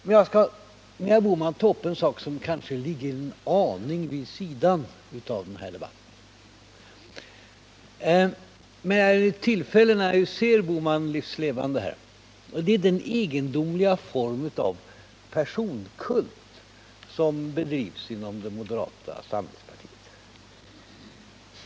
Men jag skall med herr Bohman ta upp en sak som kanske ligger en aning vid sidan av den här debatten, men som jag vill ta upp när jag nu har tillfälle och när jag nu ser Bohman livs levande här, och det är den egendomliga form av personkult som bedrivs inom det moderata samlingspartiet.